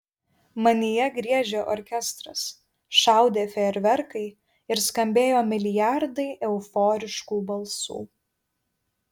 manyje griežė orkestras šaudė fejerverkai ir skambėjo milijardai euforiškų balsų